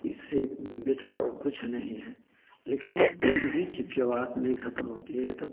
इससे बेटर और कुछ नहीं है लेकिन फिर भी चिपचिपाहट नहीं ख़त्म होती है तब